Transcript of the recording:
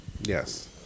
Yes